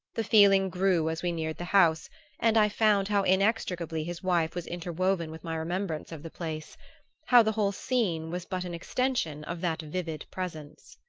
the feeling grew as we neared the house and i found how inextricably his wife was interwoven with my remembrance of the place how the whole scene was but an extension of that vivid presence.